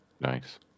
Nice